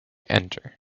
enter